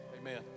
Amen